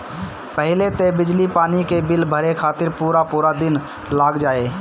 पहिले तअ बिजली पानी के बिल भरे खातिर पूरा पूरा दिन लाग जाए